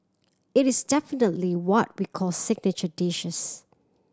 it is definitely what we call signature dishes